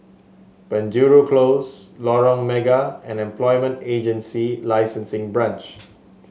Penjuru Close Lorong Mega and Employment Agency Licensing Branch